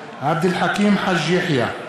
בעד עבד אל חכים חאג' יחיא,